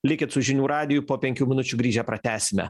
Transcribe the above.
likit su žinių radijui po penkių minučių grįžę pratęsime